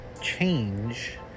Change